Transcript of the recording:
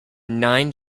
nine